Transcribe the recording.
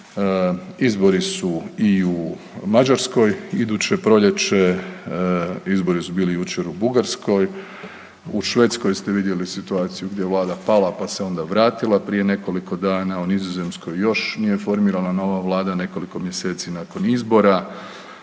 Izbori su i u Mađarskoj iduće proljeće, izbori su bili jučer u Bugarskoj, u Švedskoj ste vidjeli situaciju gdje je vlada pala pa se onda vratila prije nekoliko dana, u Nizozemskoj još nije formirana nova vlada nekoliko mjeseci nakon izbora,